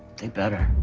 they better.